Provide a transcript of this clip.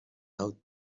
out